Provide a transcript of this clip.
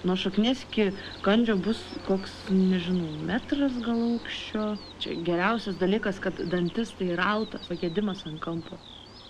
nuo šaknies iki kandžio bus koks nežinau metras gal aukščio čia geriausias dalykas kad dantis tai rauta pagedimas kampo